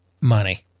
Money